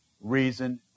reason